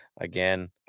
Again